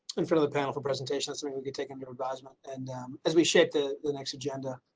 in front of the panel for presentations, i mean, we can take under advisement and as we shape the the next agenda.